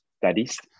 studies